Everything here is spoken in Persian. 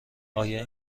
آیا